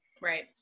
Right